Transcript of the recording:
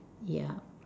yeah